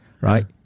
right